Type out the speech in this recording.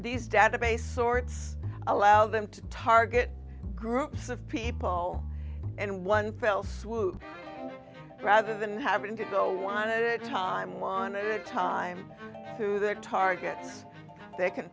these data base sorts allow them to target groups of people and one fell swoop rather than having to go on a time monitor time to their targets they can